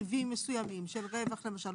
רכיבים מסוימים של רווח למשל,